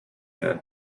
men